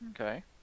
Okay